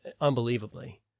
unbelievably